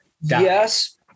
Yes